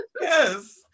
yes